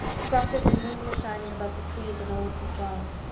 across it the moon was shining above the trees in old st. john's,